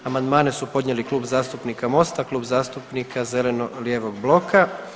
Amandmane su podnijeli Klub zastupnika Mosta, Klub zastupnika zeleno-lijevog bloka.